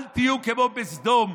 אל תהיו כמו בסדום,